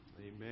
Amen